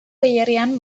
hilerrian